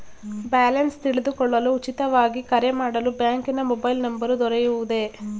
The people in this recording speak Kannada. ಬ್ಯಾಲೆನ್ಸ್ ತಿಳಿದುಕೊಳ್ಳಲು ಉಚಿತವಾಗಿ ಕರೆ ಮಾಡಲು ಬ್ಯಾಂಕಿನ ಮೊಬೈಲ್ ನಂಬರ್ ದೊರೆಯುವುದೇ?